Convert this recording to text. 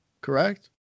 correct